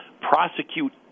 prosecute